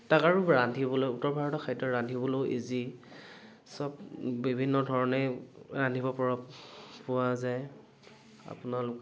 তাক আৰু ৰান্ধিবলৈ উত্তৰ ভাৰতীয় খাদ্য ৰান্ধিবলৈও ইজি সব বিভিন্ন ধৰণে ৰান্ধিব পৰক পৰা যায় আপোনালোকে